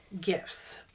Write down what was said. gifts